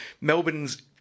Melbourne's